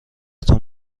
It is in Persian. تون